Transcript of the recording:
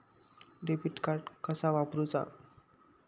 Debit card कसा वापरुचा?